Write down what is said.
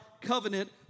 covenant